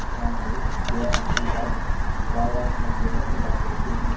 ہاں ہلو کیا ہماری بات کار واش آپریٹر سے بات ہو رہی ہے